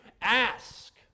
ask